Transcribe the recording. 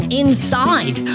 inside